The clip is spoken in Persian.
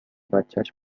بچش